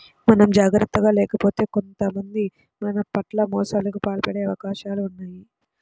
మనం జాగర్తగా లేకపోతే కొంతమంది మన పట్ల మోసాలకు పాల్పడే అవకాశాలు ఉన్నయ్